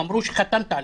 אמרו שחתמת עליו?